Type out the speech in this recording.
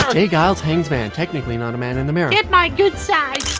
so j. geil's hanged man technically not a man in the mirror get my good side